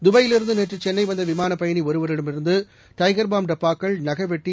துபாயிலிருந்து நேற்று சென்னை வந்த விமானப் பயணி ஒருவரிடமிருந்து டைக்பாம் டப்பாக்கள் நகவெட்டி